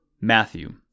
Matthew